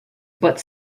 but